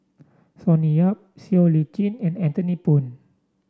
Sonny Yap Siow Lee Chin and Anthony Poon